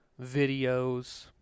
videos